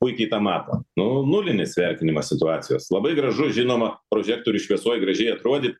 puikiai tą mato nu nulinis vertinimas situacijos labai gražu žinoma prožektorių šviesoj gražiai atrodyt